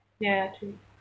ya true